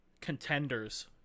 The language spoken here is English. contenders